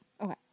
Okay